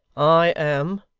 i am